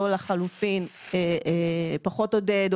או לחלופין פחות עודד,